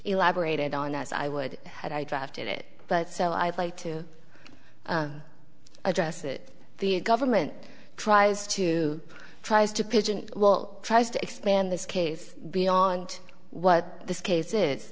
elaborated on as i would have i drafted it but so i'd like to address it the government tries to tries to pigeon well tries to expand this case beyond what this case i